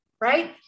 right